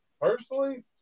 personally